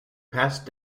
past